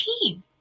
team